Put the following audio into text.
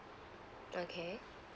okay